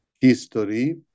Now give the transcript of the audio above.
history